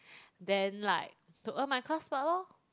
then like to earn my class part lor